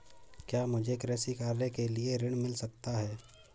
क्या मुझे कृषि कार्य के लिए ऋण मिल सकता है?